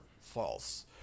false